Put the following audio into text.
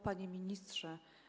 Panie Ministrze!